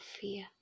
fear